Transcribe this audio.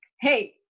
Hey